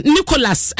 Nicholas